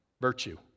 Virtue